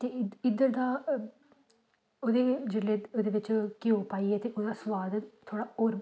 ते इद्धर दा ओह्दे जेल्लै ओह्दे बिच्च घ्यो पाइयै ते ओह्दा सुआद थोह्ड़ा होर